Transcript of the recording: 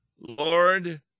Lord